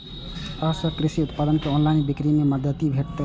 अय सं कृषि उत्पाद के ऑनलाइन बिक्री मे मदति भेटतै